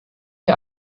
wir